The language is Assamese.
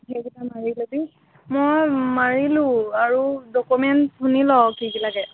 সেইকেইটা মাৰি ল'বি মই মাৰিলোঁ আৰু ডকুমেণ্ট শুনি ল' কি কি লাগে